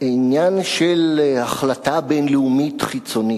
עניין של החלטה בין-לאומית חיצונית.